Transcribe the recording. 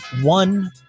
one